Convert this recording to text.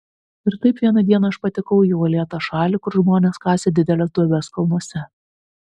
ir taip vieną dieną aš patekau į uolėtą šalį kur žmonės kasė dideles duobes kalnuose